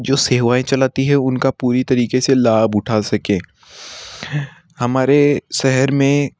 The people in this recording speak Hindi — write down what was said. जो सेवाएँ चलाती है उन का पूरी तरीक़े से लाभ उठा सकें हमारे शहर में